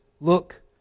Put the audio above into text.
Look